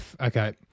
Okay